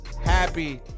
happy